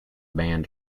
banned